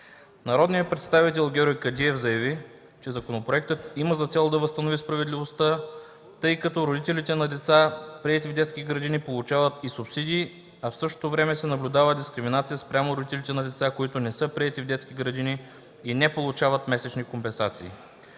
Народният представител Георги Кадиев заяви, че законопроектът има за цел да възстанови справедливостта, тъй като родителите на деца, приети в детските градини получават и субсидии, а в същото време се наблюдава дискриминация спрямо родителите на деца, които не са приети в детски градини и не получават месечни компенсации.